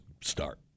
start